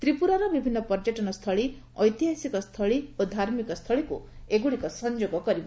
ତ୍ରିପୁରାର ବିଭିନ୍ନ ପର୍ଯ୍ୟଟନ ସ୍ଥଳୀ ଐତିହାସିକ ସ୍ଥଳୀ ଓ ଧାର୍ମିକ ସ୍ଥଳୀକୁ ଏଗୁଡ଼ିକ ସଂଯୋଗ କରିବ